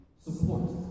support